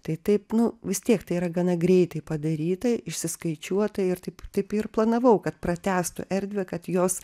tai taip nu vis tiek tai yra gana greitai padaryta išsiskaičiuota ir taip taip ir planavau kad pratęstų erdvę kad jos